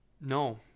no